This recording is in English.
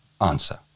Answer